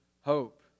hope